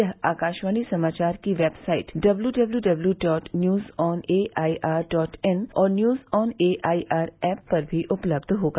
यह आकाशवाणी समाचार की website W W W dot news on A I R dot in और news on A I R app पर भी उपलब्ध होगा